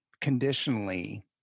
conditionally